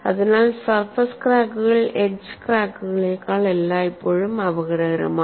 അതിനാൽ സർഫസ് ക്രാക്കുകൾ എഡ്ജ് ക്രാക്കുകളേക്കാൾ എല്ലായ്പ്പോഴും അപകടകരമാണ്